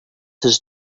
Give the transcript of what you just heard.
his